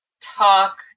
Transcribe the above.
talk